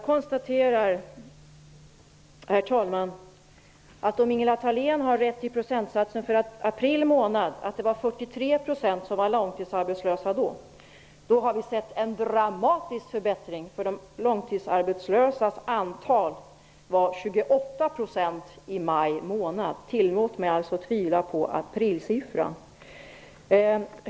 Herr talman! Om Ingela Thalén har rätt i procentsatsen för april månad, dvs. att 43 % då var långtidsarbetslösa, har vi sett en dramatisk förbättring. De långtidsarbetslösas antal var 28 % i maj månad. Tillåt mig att tvivla på siffran för april.